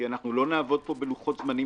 כי אנחנו לא נעבוד פה בלוחות זמנים